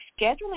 scheduling